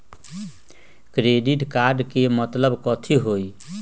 Credit card के मतलब कथी होई?